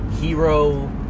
hero